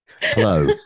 Hello